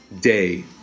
day